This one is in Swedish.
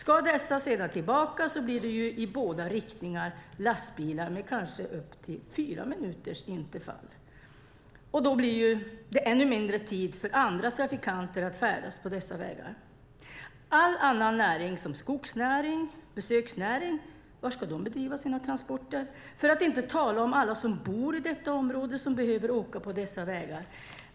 Om dessa sedan ska tillbaka innebär det lastbilar i båda riktningar, med kanske högst fyra minuters intervall, och då blir det ännu mindre tid för andra trafikanter att färdas på dessa vägar. Var ska all annan näring, såsom skogsnäring och besöksnäring, bedriva sina transporter, för att inte tala om alla som bor i området och behöver åka på dessa vägar?